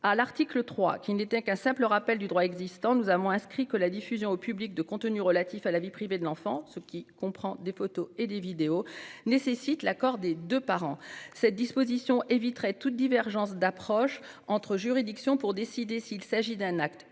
À l'article 3, qui n'était qu'un simple rappel du droit existant, nous avons inscrit que « la diffusion au public de contenus relatifs à la vie privée de l'enfant », ce qui comprend photos et vidéos, nécessite l'« accord de chacun des parents ». Cette disposition éviterait toute divergence d'approche entre juridictions pour décider s'il s'agit d'un acte